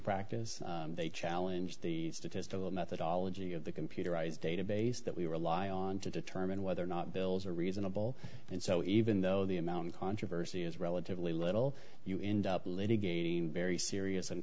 practice they challenge the statistical methodology of the computerized database that we rely on to determine whether or not bills are reasonable and so even though the amount of controversy is relatively little you end up litigating very serious and